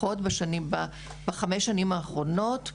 לפחות בחמש השנים האחרונות,